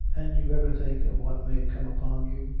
and do you ever think of what may come upon you?